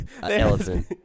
elephant